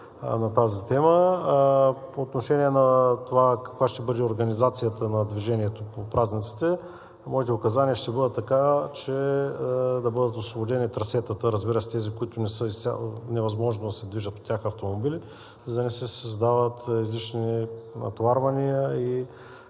на тази тема. По отношение на това каква ще бъде организацията на движението по празниците, моите указания ще бъдат такива, че да бъдат освободени трасетата. Разбира се, на тези, по които е невъзможно да се движат автомобили, за да не се създават излишни натоварвания и